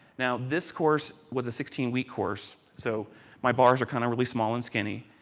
now, this course was a sixteen week course, so my bars are kind of really small and skinny.